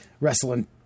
wrestling